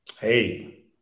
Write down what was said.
Hey